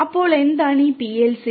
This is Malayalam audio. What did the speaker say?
അപ്പോൾ എന്താണ് ഈ PLC